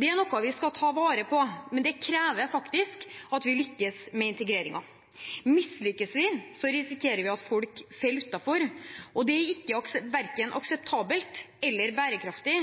Det er noe vi skal ta vare på, men det krever at vi lykkes med integreringen. Mislykkes vi, risikerer vi at folk faller utenfor, og det er ikke akseptabelt eller bærekraftig